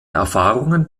erfahrungen